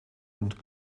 und